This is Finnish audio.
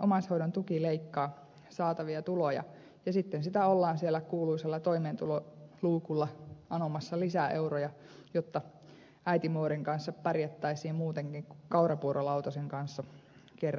omaishoidon tuki leikkaa saatavia tuloja ja sitten sitä ollaan siellä kuuluisalla toimeentuloluukulla anomassa lisää euroja jotta äitimuorin kanssa pärjättäisiin muutenkin kuin kaurapuurolautasen kanssa kerran päivässä